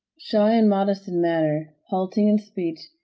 shy and modest in manner, halting in speech,